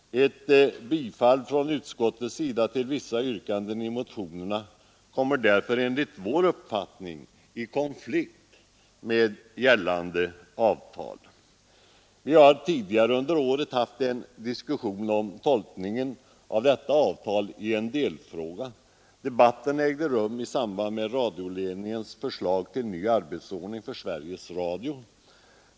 Ett bifall från utskottets sida till vissa yrkanden i motionerna skulle enligt vår uppfattning ha kommit i konflikt med gällande avtal. Vi har tidigare under året haft en diskussion om tolkningen av detta avtal i en delfråga. Den debatten ägde rum i samband med radioledningens förslag till ny arbetsordning för Sveriges Radio.